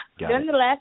nonetheless